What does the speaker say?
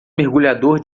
mergulhador